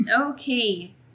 Okay